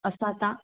असां तां